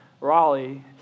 Raleigh